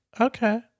okay